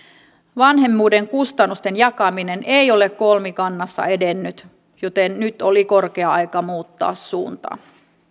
vanhemmuuden kustannusten jakaminen ei ole kolmikannassa edennyt joten nyt oli korkea aika muuttaa suuntaa